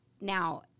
now